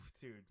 Dude